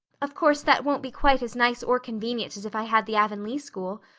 of course that won't be quite as nice or convenient as if i had the avonlea school.